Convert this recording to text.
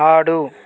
ఆడు